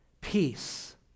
peace